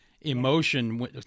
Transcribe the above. emotion